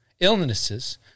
illnesses